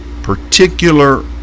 particular